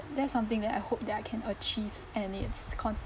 that's something that I hope that I can achieve and it's constantly